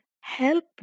help